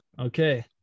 Okay